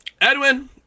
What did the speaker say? Edwin